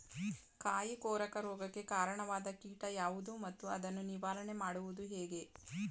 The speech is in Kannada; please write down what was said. ಕಾಯಿ ಕೊರಕ ರೋಗಕ್ಕೆ ಕಾರಣವಾದ ಕೀಟ ಯಾವುದು ಮತ್ತು ಅದನ್ನು ನಿವಾರಣೆ ಮಾಡುವುದು ಹೇಗೆ?